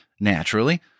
naturally